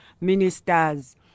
ministers